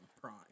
prime